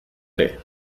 ere